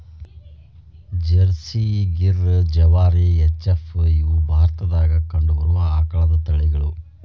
Jersey, Gir, Jawari, H F, ಇವ ಭಾರತದಾಗ ಕಂಡಬರು ಆಕಳದ ತಳಿಗಳು